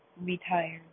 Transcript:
Retired